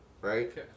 Right